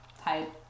type